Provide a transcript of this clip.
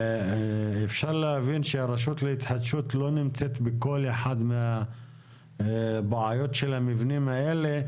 אפשר להבין שהרשות להתחדשות לא נמצאת בכל אחד מהבעיות של המבנים האלה,